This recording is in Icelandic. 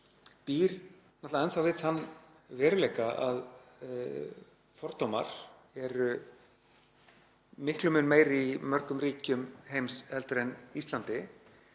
býr enn þá við þann veruleika að fordómar eru miklum mun meiri í mörgum ríkjum heims heldur en á Íslandi.